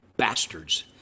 bastards